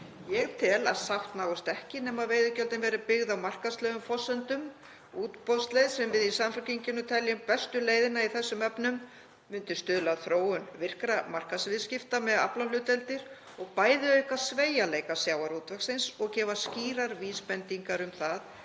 Ég tel að sátt náist ekki nema veiðigjöldin verði byggð á markaðslegum forsendum. Útboðsleið, sem við í Samfylkingunni teljum bestu leiðina í þessum efnum, myndi stuðla að þróun virkra markaðsviðskipti með aflahlutdeildir og bæði auka sveigjanleika sjávarútvegsins og gefa skýrar vísbendingar um það